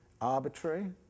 arbitrary